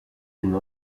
une